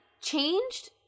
changed